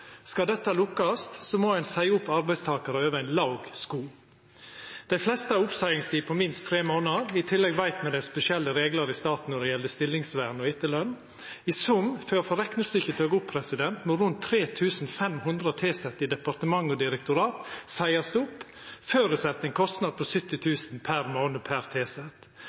Skal dette lukkast, må ein seia opp arbeidstakarar over ein låg sko. Dei fleste har ei oppseiingstid på minst tre månader. I tillegg veit me det er spesielle reglar i staten når det gjeld stillingsvern og etterløn. For å få reknestykket til å gå opp må i sum rundt 3 500 tilsette i departement og direktorat seiast opp. Det føreset ein kostnad på 70 000 kr per månad per tilsett.